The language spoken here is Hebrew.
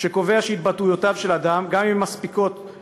שקובע שהתבטאויותיו של אדם גם הן מספקות